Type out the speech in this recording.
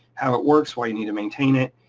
how it works, why you need to maintain it.